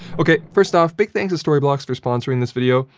okay, first off, big thanks to storyblocks for sponsoring this video.